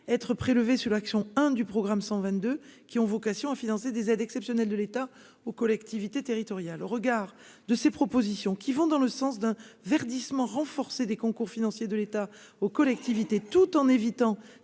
être prélevés sur l'action, hein, du programme 122 qui ont vocation à financer des aides exceptionnelles de l'État aux collectivités territoriales, au regard de ces propositions qui vont dans le sens d'un verdissement renforcé des concours financiers de l'État aux collectivités tout en évitant